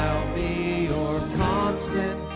be your constant,